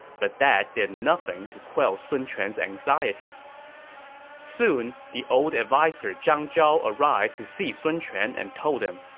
but that did nothing to quell sun quan's anxiety soon, the old adviser zhang zhao arrived to see sun quan and told him,